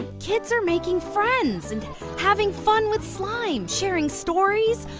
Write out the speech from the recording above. kids are making friends, and having fun with slime, sharing stories,